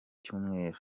cyumweru